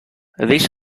this